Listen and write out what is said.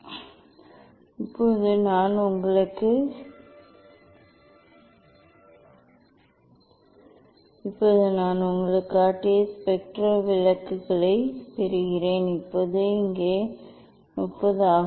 உண்மையில் இங்கே நான் காட்டிய இது இப்போது பாதரச மூலமாகும் இப்போது நான் உங்களுக்குக் காட்டிய ஸ்பெக்ட்ரல் விளக்குகளைப் பெறுகிறேன் இப்போது இது இங்கே 3 0 ஆகும்